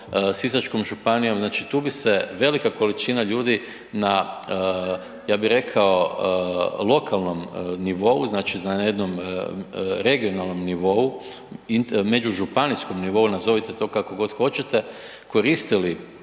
sisačkom županijom, znači tu bi se velika količina ljudi na ja bi rekao, lokalnom nivou, znači na jednom regionalnom nivou, međužupanijskom nivou, nazovite to kako god hoćete, koristili